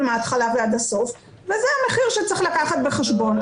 מהתחלה ועד הסוף וזה המחיר שצריך לקחת בחשבון.